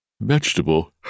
vegetable